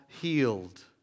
healed